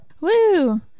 Woo